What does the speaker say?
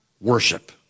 Worship